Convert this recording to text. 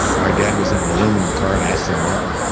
my dad was in an aluminum car, an aston martin.